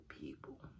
people